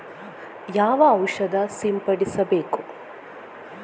ಯಾವ ಔಷಧ ಸಿಂಪಡಿಸಬೇಕು?